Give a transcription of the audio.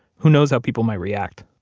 who knows how people might react